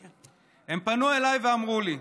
הם פנו אליי ואמרו לי: